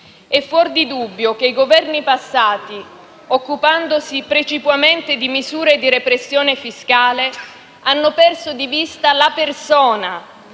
È fuor di dubbio che i Governi passati, occupandosi precipuamente di misure di repressione fiscale, hanno perso di vista la persona,